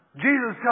Jesus